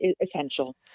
essential